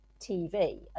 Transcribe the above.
TV